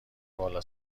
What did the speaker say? بالا